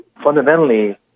fundamentally